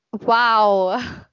Wow